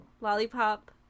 Lollipop